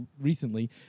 recently